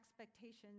expectations